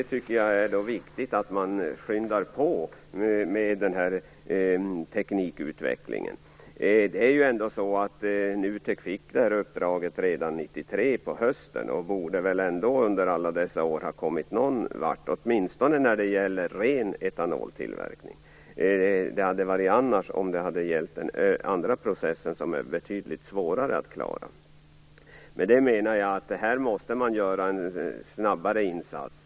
Jag tycker att det är viktigt att man skyndar på teknikutvecklingen. NUTEK fick det här uppdraget redan på hösten 1993. Under alla dessa år borde de ha kommit någonvart, åtminstone när det gäller ren etanoltillverkning. Det hade varit annorlunda om det hade gällt den andra processen som är betydligt svårare att klara. Med detta menar jag att här måste det göras en snabbare insats.